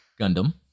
Gundam